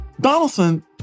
Donaldson